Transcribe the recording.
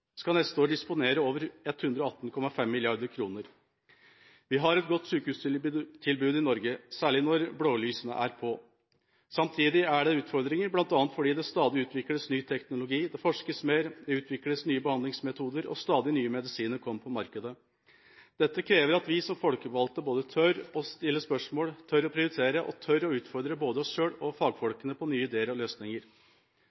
skal neste år disponere over 118,5 mrd. kr. Vi har et godt sykehustilbud i Norge, særlig når blålysene er på. Samtidig er det utfordringer, bl.a. fordi det stadig utvikles ny teknologi, det forskes mer, det utvikles nye behandlingsmetoder og stadig nye medisiner kommer på markedet. Dette krever at vi som folkevalgte tør å stille spørsmål, tør å prioritere og tør å utfordre både oss selv og